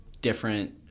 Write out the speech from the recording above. different